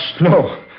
No